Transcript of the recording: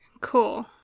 cool